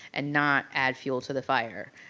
and not add fuel to the fire,